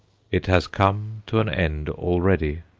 it has come to an end already,